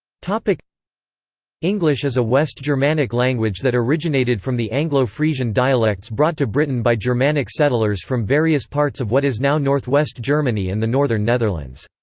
like english is a west germanic language that originated from the anglo-frisian dialects brought to britain by germanic settlers from various parts of what is now northwest germany and the northern netherlands.